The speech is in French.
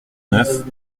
neuf